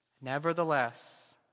nevertheless